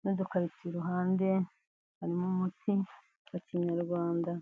n'udukarito iruhande, harimo umuti wa kinyarwanda.